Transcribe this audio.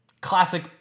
classic